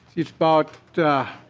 it's about